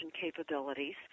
capabilities